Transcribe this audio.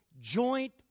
joint